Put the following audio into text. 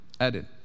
added